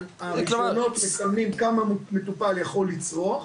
הרישיונות מספרים לנו כמה כל מטופל יכול לצרוך,